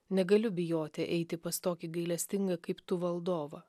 negaliu bijoti eiti pas tokį gailestingą kaip tu valdovą